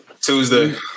Tuesday